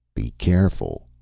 be careful,